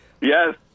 Yes